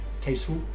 tasteful